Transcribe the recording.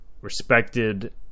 respected